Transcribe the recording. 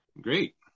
Great